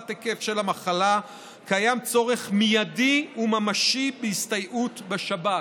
היקף של המחלה קיים צורך מיידי וממשי בהסתייעות בשב"כ,